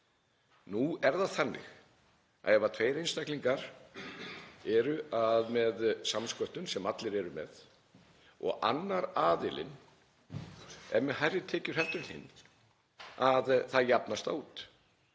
Nú er það þannig ef tveir einstaklingar eru með samsköttun, sem allir eru með, og annar aðilinn er með hærri tekjur en hinn þá jafnast þetta